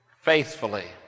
faithfully